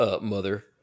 mother